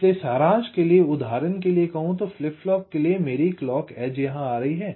इसलिए सारांश के लिए उदाहरण के लिए कहूं तो फ्लिप फ्लॉप के लिए मेरी क्लॉक एज यहाँ आ रही है